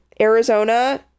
Arizona